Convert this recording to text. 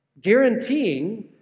Guaranteeing